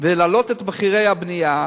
ולהעלות את מחירי הבנייה,